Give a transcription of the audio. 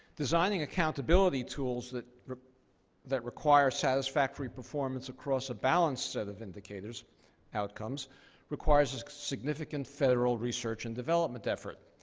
designing accountability tools that that require satisfactory performance across a balanced set of indicators outcomes requires ah significant federal research and development effort,